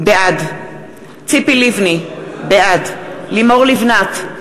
בעד ציפי לבני, בעד לימור לבנת,